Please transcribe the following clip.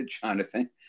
Jonathan